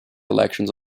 elections